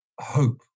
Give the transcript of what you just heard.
hope